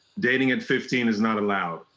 dating at fifteen is not allowed.